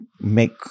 make